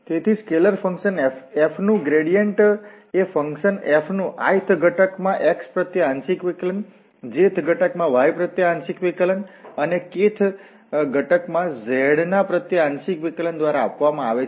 તેથી scalar function f નુ gradient એફંકશન f નુ ith ઘટકમાં x ના પ્રત્યે આંશિક વિકલન jth ઘટકમાં y ના પ્રત્યે આંશિક વિકલન અને kth ઘટકમાં z ના પ્રત્યે આંશિક વિકલન દ્વારા આપવામાં આવે છે